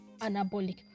anabolic